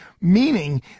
meaning